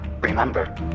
remember